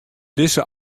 dizze